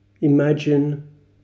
imagine